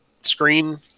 screen